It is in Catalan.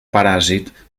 paràsit